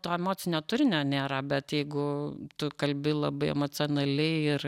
to emocinio turinio nėra bet jeigu tu kalbi labai emocionaliai ir